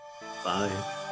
Bye